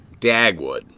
Dagwood